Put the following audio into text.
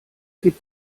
geht